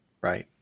Right